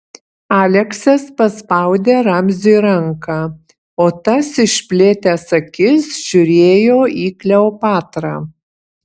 aleksas paspaudė ramziui ranką o tas išplėtęs akis žiūrėjo į kleopatrą